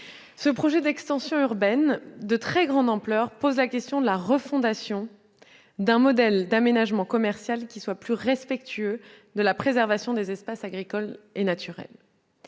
Le projet d'extension urbaine de très grande ampleur que vous évoquez pose la question de la refondation de notre modèle d'aménagement commercial, pour le rendre plus respectueux de la préservation des espaces agricoles et naturels.